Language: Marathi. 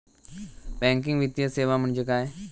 बँकिंग वित्तीय सेवा म्हणजे काय?